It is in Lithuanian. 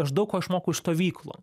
aš daug ko išmokau iš stovyklų